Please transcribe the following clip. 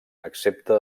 excepte